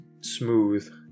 smooth